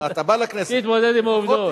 אתה בא לכנסת, תתמודד עם העובדות.